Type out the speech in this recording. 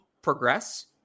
progress